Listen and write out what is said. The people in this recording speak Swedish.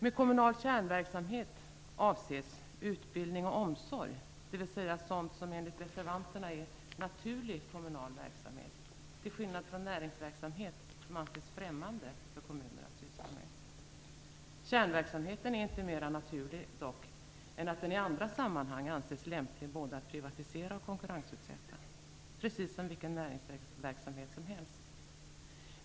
Med "kommunal kärnverksamhet" avses utbildning och omsorg, dvs. sådant som enligt reservanterna är naturlig kommunal verksamhet, till skillnad från näringsverksamhet, som anses främmande för kommuner att syssla med. Kärnverksamheten är dock inte mera naturlig än att den i andra sammanhang anses lämplig både att privatisera och konkurrensutsätta, precis som vilken näringsverksamhet som helst.